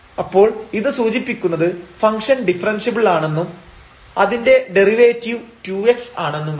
അപ്പോൾ ഇത് സൂചിപ്പിക്കുന്നത് ഫംഗ്ഷൻ ഡിഫറെൻഷ്യബിൾ ആണെന്നും അതിന്റെ ഡെറിവേറ്റീവ് 2 x ആണെന്നുമാണ്